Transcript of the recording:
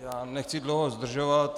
Já nechci dlouho zdržovat.